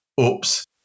oops